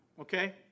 okay